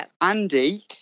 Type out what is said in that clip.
Andy